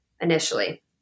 initially